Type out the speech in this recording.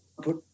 put